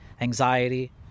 anxiety